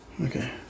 okay